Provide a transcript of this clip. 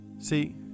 See